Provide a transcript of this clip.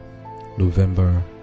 November